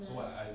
um hmm